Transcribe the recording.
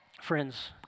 Friends